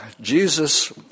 Jesus